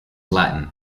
latin